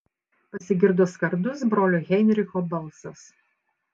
pasigirdo skardus brolio heinricho balsas